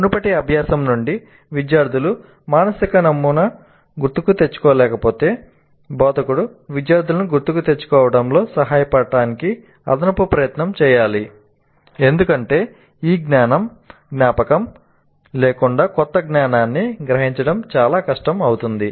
మునుపటి అభ్యాసం నుండి విద్యార్థులు మానసిక నమూనాను గుర్తుకు తెచ్చుకోలేకపోతే బోధకుడు విద్యార్థులను గుర్తుకు తెచ్చుకోవడంలో సహాయపడటానికి అదనపు ప్రయత్నం చేయాలి ఎందుకంటే ఆ జ్ఞాపకం లేకుండా కొత్త జ్ఞానాన్ని గ్రహించడం చాలా కష్టం అవుతుంది